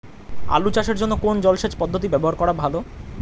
আলু চাষের জন্য কোন জলসেচ পদ্ধতি ব্যবহার করা ভালো?